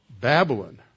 Babylon